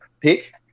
pick